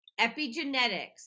epigenetics